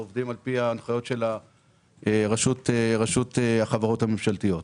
עובדים על-פי ההנחיות של רשות החברות הממשלתיות.